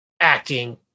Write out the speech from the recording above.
acting